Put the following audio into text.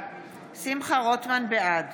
בעד